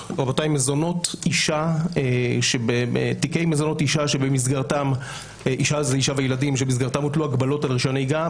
תיקי מזונות אישה וילדים שבמסגרתם הוטלו הגבלות על רישיון נהיגה,